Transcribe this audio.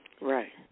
Right